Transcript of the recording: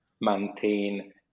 maintain